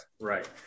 right